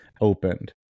opened